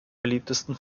beliebtesten